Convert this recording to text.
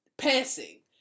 passing